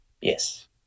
yes